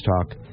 talk